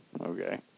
okay